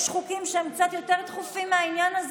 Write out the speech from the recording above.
יש חוקים שהם קצת יותר דחופים מהעניין הזה